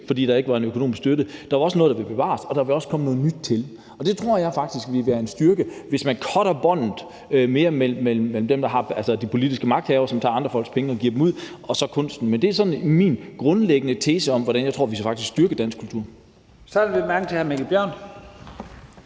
fordi der ikke var en økonomisk støtte. Der var jo også noget, der ville blive bevaret, og der ville også komme noget nyt til. Og jeg tror faktisk, det vil være en styrke, hvis man cutter båndet mere mellem de politiske magthavere, som tager andre folks penge og giver dem ud, og så kunsten. Det er sådan min grundlæggende tese om, hvordan jeg tror vi faktisk styrker dansk kultur.